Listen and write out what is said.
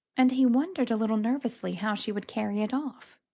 and he wondered a little nervously how she would carry it off.